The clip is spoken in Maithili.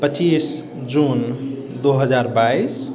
पच्चीस जून दू हजार बाइस